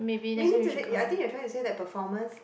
meaning to say ya I think you're trying to say that performance